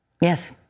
Yes